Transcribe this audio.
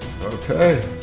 Okay